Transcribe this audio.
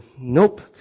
nope